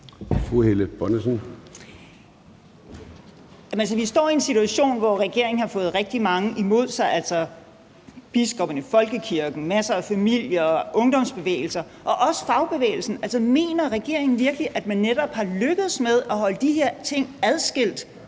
Helle Bonnesen (KF): Vi står i en situation, hvor regeringen har fået rigtig mange imod sig, altså biskopperne, folkekirken, masser af familier og ungdomsbevægelser og også fagbevægelsen. Mener regeringen virkelig, at man er lykkedes med netop at holde de her ting adskilt